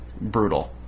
Brutal